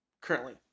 Currently